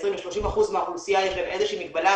20% ו-30% יש להם איזו שהיא מגבלה,